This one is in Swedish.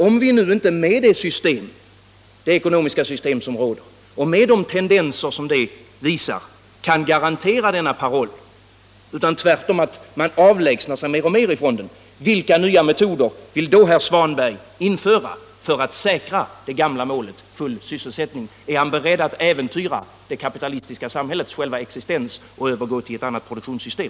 Om vi nu inte med det ekonomiska system som råder och med de tendenser det visar kan garantera att vi kan leva upp till denna paroll utan man tvärtom avlägsnar sig mer och mer från den, vilka nya metoder vill då herr Svanberg införa för att säkra det gamla målet full sysselsättning? Är han beredd att äventyra det kapitalistiska samhällets själva existens och övergå till ett annat produktionssystem?